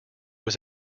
was